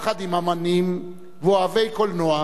יחד עם אמנים ואוהבי קולנוע,